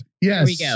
Yes